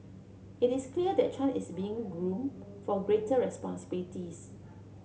it is clear that Chan is being groom for greater responsibilities